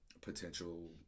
potential